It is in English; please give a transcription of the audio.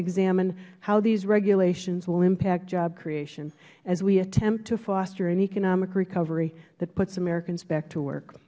mine how these regulations will impact job creation as we attempt to foster an economic recovery that puts americans back to work